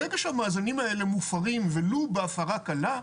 ברגע שהמאזנים האלה מופרים ולו בהפרה קלה,